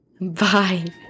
Bye